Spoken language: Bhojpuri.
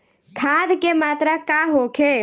खाध के मात्रा का होखे?